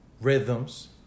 rhythms